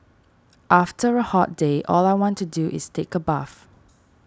after a hot day all I want to do is take a bath